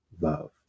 love